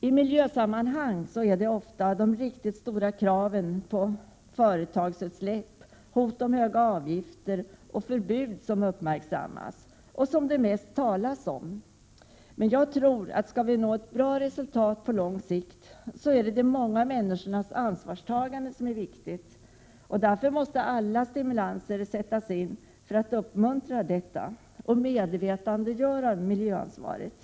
I miljösammanhang är det ofta de riktigt stora kraven på åtgärder när det gäller företagens utsläpp, hoten om höga avgifter och förbuden som det talas om. Men jag tror att det är viktigt att de många människorna tar ett ansvar, om vi på lång sikt skall nå ett bra resultat. Därför måste stimulanserna inriktas på att uppmuntra till ett sådant ansvarstagande. Människor måste alltså bli medvetna om miljöansvaret.